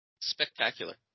Spectacular